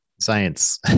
science